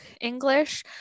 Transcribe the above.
English